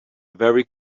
very